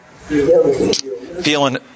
feeling